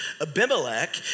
Abimelech